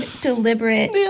deliberate